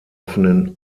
offenen